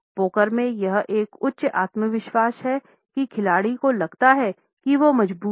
poker में यह एक उच्च आत्मविश्वास है कि खिलाड़ी को लगता है कि वो मजबूत है